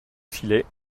filet